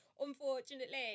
unfortunately